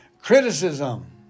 criticism